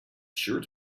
sure